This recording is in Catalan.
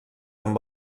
amb